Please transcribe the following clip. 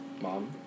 Mom